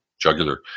jugular